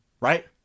right